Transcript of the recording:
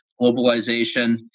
globalization